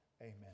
Amen